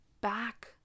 back